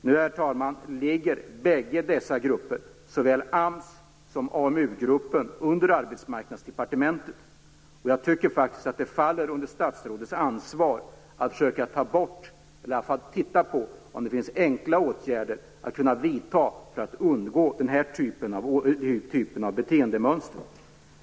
Nu, herr talman, ligger både AMS och AMU gruppen under Arbetsmarknadsdepartementet, och jag tycker faktiskt att det faller under statsrådets ansvar att i alla fall se om det finns enkla åtgärder man kan vidta för att den här typen av beteendemönster skall kunna undvikas.